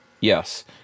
Yes